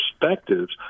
perspectives